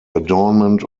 adornment